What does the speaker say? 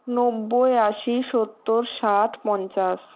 নব্বই আশি সত্তর ষাট পঞ্চাশ